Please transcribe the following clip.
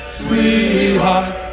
sweetheart